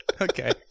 Okay